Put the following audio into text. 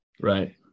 Right